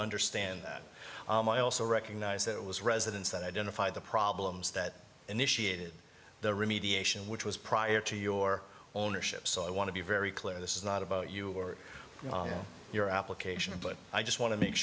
understand that i also recognize that it was residents that identified the problems that initiated the remediation which was prior to your ownership so i want to be very clear this is not about you or your application but i just want to make